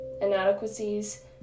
inadequacies